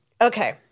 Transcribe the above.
Okay